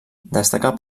destaca